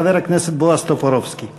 חבר הכנסת בועז טופורובסקי.